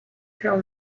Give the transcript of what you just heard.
till